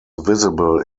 visible